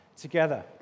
together